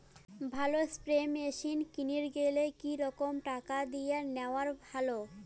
ভালো spray machine কিনির গেলে কি রকম টাকা দিয়া নেওয়া ভালো?